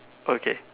okay